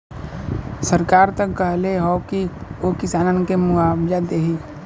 सरकार त कहले हौ की उ किसानन के मुआवजा देही